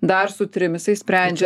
dar su trim jisai sprendžia